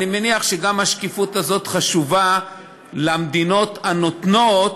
אני מניח שהשקיפות הזאת חשובה גם למדינות הנותנות,